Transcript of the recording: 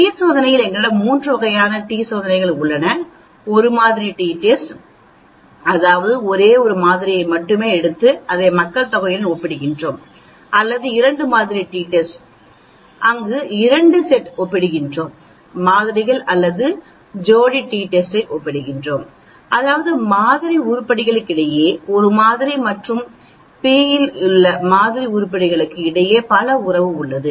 D சோதனையில் எங்களிடம் 3 வகையான டி சோதனை உள்ளது ஒரு மாதிரி டி டெஸ்ட் அதாவது நான் 1 மாதிரியை மட்டுமே எடுத்து அதை மக்கள்தொகையுடன் ஒப்பிடுகிறேன் அல்லது இரண்டு மாதிரி டி டெஸ்ட் வைத்திருக்க முடியும் அங்கு நான் 2 செட் ஒப்பிடுகிறேன் மாதிரிகள் அல்லது நான் ஜோடி டி டெஸ்டை ஒப்பிடுகிறேன் அதாவது மாதிரி உருப்படிகளுக்கிடையில் ஒரு மாதிரி மற்றும் பி இல் உள்ள மாதிரி உருப்படிகளுக்கு இடையே ஒரு உறவு உள்ளது